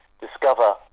discover